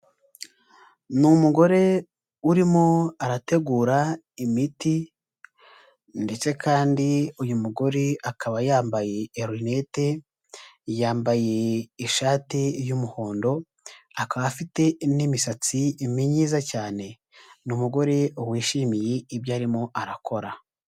Ni umugore urimo arategura imiti ndetse kandi uyu mugore akaba yambaye rinete, yambaye ishati y'umuhondo, akaba afite n'imisatsi myiza cyane, ni umugore wishimiye ibyo arimo arakora.